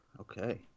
Okay